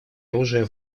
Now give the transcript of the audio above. оружия